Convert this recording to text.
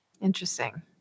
Interesting